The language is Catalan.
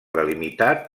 delimitat